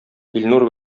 илнур